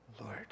Lord